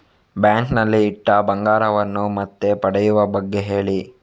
bank ನಲ್ಲಿ ಇಟ್ಟ ಬಂಗಾರವನ್ನು ಮತ್ತೆ ಪಡೆಯುವ ಬಗ್ಗೆ ಹೇಳಿ